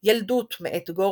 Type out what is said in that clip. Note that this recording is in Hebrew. "ילדות" מאת גורקי,